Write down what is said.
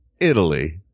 Italy